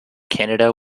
canada